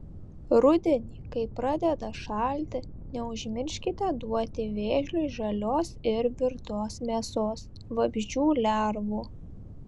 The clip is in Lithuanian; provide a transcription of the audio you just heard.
rudenį kai pradeda šalti neužmirškite duoti vėžliui žalios ir virtos mėsos vabzdžių lervų